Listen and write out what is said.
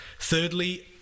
Thirdly